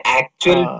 actual